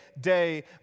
day